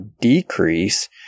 decrease